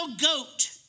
goat